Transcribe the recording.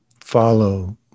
follow